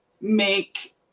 make